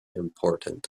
important